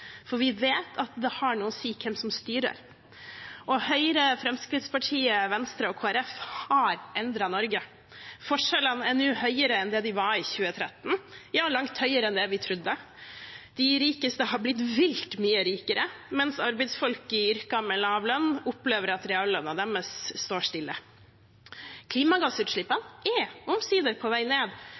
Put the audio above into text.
for vi vet at det har noe å si hvem som styrer. Høyre, Fremskrittspartiet, Venstre og Kristelig Folkeparti har endret Norge. Forskjellene er nå større enn de var i 2013 – ja, langt større enn det vi trodde. De rikeste har blitt vilt mye rikere, mens arbeidsfolk i yrker med lav lønn opplever at reallønnen deres står stille. Klimagassutslippene er omsider på vei ned,